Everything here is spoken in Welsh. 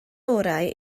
orau